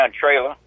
trailer